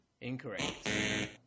Incorrect